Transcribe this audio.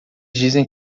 dizem